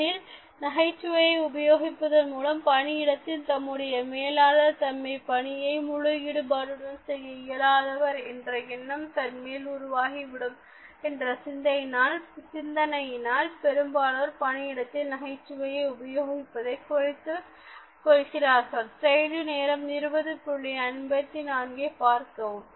ஏனெனில் நகைச்சுவையை உபயோகிப்பதன் மூலம் பணியிடத்தில் தம்முடைய மேலாளர் தம்மை பணியை முழு ஈடுபாட்டுடன் செய்ய இயலாதவர் என்ற எண்ணம் தன்மேல் உருவாகிவிடும் என்ற சிந்தனையினால் பெரும்பாலானோர் பணியிடத்தில் நகைச்சுவையை உபயோகிப்பதை குறைத்துக் கொள்கிறார்கள்